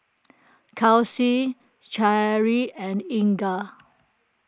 Kelsi Cherrie and Inger